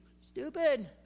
Stupid